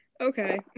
Okay